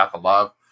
love